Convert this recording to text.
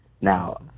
Now